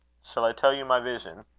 shall i tell you my vision?